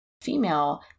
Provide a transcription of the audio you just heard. female